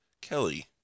Kelly